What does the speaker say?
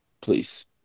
Please